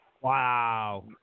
Wow